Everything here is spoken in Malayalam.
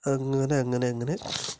അങ്ങനെ അങ്ങനെ അങ്ങനെ